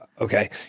Okay